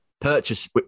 purchase